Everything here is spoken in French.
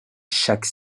chaque